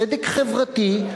צדק חברתי,